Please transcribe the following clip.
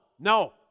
no